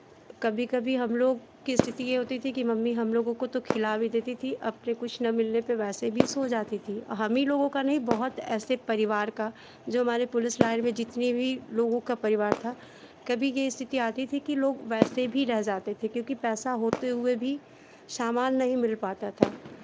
कभी कभी हम लोग की स्थिति ये होती थी की मम्मी हम लोगों को तो खिला भी देती थी अपने कुछ ना मिलने पे वैसे भी सो जाती थी हमहीं लोगों का नहीं बहुत ऐसे परिवार का जो हमारी पुलिस लाइन में जितनी भी लोगों का परिवार था कभी ये स्थिति आती थी की लोग वैसे भी रह जाते थे क्योंकि पैसा होते हुए भी सामान नहीं मिल पाता था